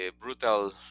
brutal